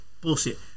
bullshit